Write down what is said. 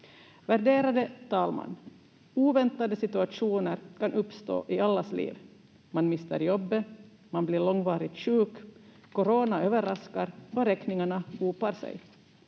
Värderade talman! Oväntade situationer kan uppstå i allas liv. Man mister jobbet, man blir långvarigt sjuk, corona överraskar, räkningarna hopar sig.